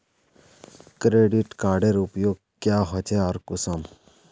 Credit कार्डेर उपयोग क्याँ होचे आर कुंसम?